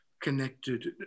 connected